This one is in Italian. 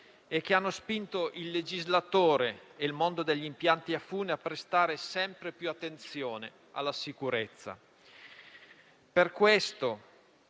e che hanno spinto il legislatore e il mondo degli impianti a fune a prestare sempre più attenzione alla sicurezza.